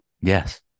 Yes